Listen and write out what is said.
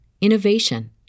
innovation